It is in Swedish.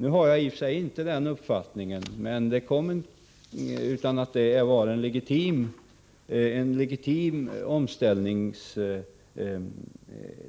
Nu har jag i och för sig inte den uppfattningen, utan jag anser att det var